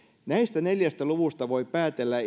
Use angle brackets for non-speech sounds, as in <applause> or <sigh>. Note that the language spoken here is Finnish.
näistä neljästä luvusta voi päätellä <unintelligible>